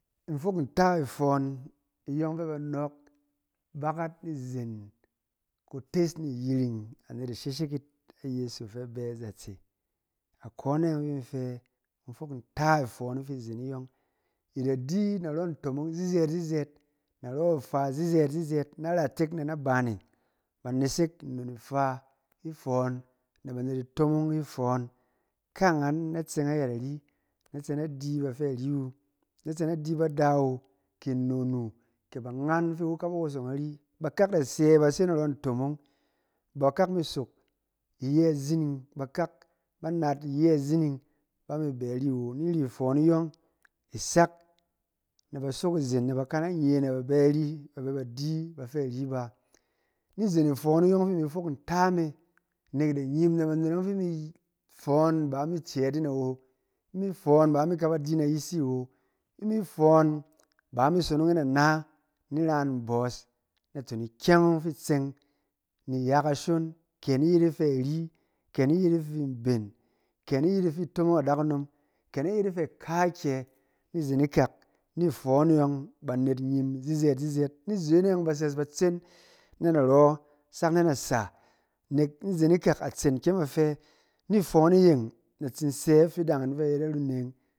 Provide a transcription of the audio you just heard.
In fok nta ifɔn iyɔng fɛ ba nɔɔk bakat ni zen kutes ni yiring anet isheshek 'it, ayeso fɛ a bɛ nazatse, akɔne yɔng fin in fɛ in fok nta ifɔn afi zen iyɔng. I da di narɔ ntomong zɛɛt zɛɛt, narɔ ifa zɛɛt zɛɛt, na ratek na naban ne, ba nesek nnon ifa ifɔn, na ba anet itomong ifɔn. Kaangan na tseng ayɛt ari, na tse na di bafɛ ari wu, na tse na di bada wu, kɛ nnon wu, kɛ ba angan fi iwu ka ba wosong ari. bakak da sɛ ba se narɔ ntomong, bakak mi sok iyɛ zining, bakak nat iyɛ zining, ba mi bɛ ri wo, iri fɔn iyɔng, i sak na ba sok izen na ba kana nye, na ba bɛ ari, na ba bɛ ba di ifɛ ari bá. Ni zen ifɔn iyɔng, fi imi fok nta me, nɛk da inyim na banet ɔng fi i mi- fɔn ba mi cɛɛt yin awo, imi fɔn ba i mi ka ba di na yisi awo, i mi fɔn ba i mi sonong yin ana ni ra yin mbɔs naton ikyɛng ɔng fi tseng ni ya kashon kɛ ni yet afɛ ari, kɛ ni yet afi mben, kɛ ni yet afi kutomong adakunom, kɛ ni yet afɛ kaakyɛ, ni zen ikak ni fɔn e yɔng banet nyim zizɛɛt zizɛɛt. Ni fɔn e yɔng ba sɛs batsen na narɔ, sak na nasa, nɛk ni zen ikak atsen kyem a fɛ, ni fɔn e yeng na tsi sɛ afidan in fɛ a yet aruneng.